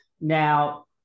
Now